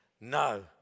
No